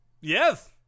Yes